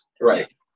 Right